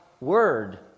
Word